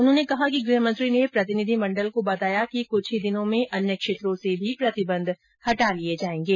उन्होंने कहा कि ग्रहमंत्री ने प्रतिनिधिमंडल को बताया कि कुछ ही दिनों में अन्य क्षेत्रों से भी प्रतिबंध हटा लिए जायेंगे